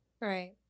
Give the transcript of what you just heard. right